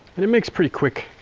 and it makes pretty quick,